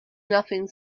nothing